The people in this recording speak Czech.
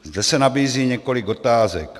Zde se nabízí několik otázek.